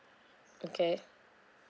okay